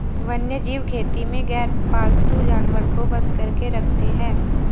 वन्यजीव खेती में गैरपालतू जानवर को बंद करके रखते हैं